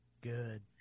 good